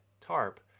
tarp